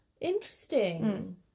Interesting